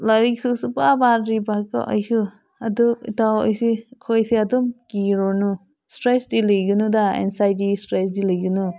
ꯂꯥꯏꯔꯤꯛꯁꯨ ꯁꯨꯡꯄꯥ ꯄꯥꯗ꯭ꯔꯤꯕ ꯀꯣ ꯑꯩꯁꯨ ꯑꯗꯨ ꯏꯇꯥꯎ ꯑꯩꯁꯦ ꯑꯩꯈꯣꯏꯁꯦ ꯑꯗꯨꯝ ꯀꯤꯔꯣꯅꯨ ꯏꯁꯇ꯭ꯔꯦꯁꯇꯤ ꯂꯩꯒꯅꯨꯗ ꯑꯦꯟꯖꯥꯏꯇꯤ ꯏꯁꯇ꯭ꯔꯦꯁꯇꯤ ꯂꯩꯒꯅꯨ